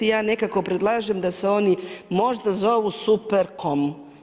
I ja nekako predlažem da se oni možda zovu superkom.